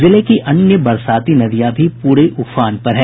जिले की अन्य बरसाती नदियां प्ररे उफान पर है